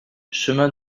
chemin